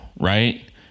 right